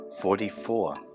Forty-four